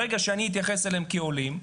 ברגע שאתייחס אליהם כעולים,